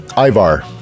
Ivar